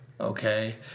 Okay